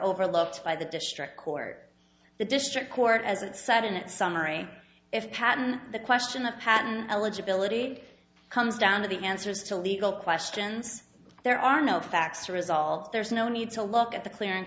overlooked by the district court the district court as it sudden it summary if patten the question of patent eligibility comes down to the answers to legal questions there are no facts to result there's no need to look at the clear and